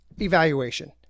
evaluation